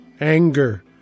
anger